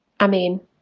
Amen